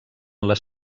les